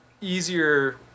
easier